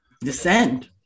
descend